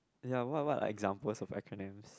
ya what what examples for acronym